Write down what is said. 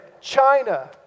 China